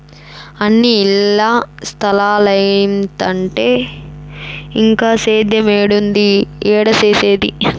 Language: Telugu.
అన్నీ ఇల్ల స్తలాలైతంటే ఇంక సేద్యేమేడుండేది, ఏడ సేసేది